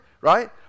right